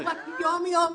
מבני ברק, יום יום.